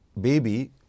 baby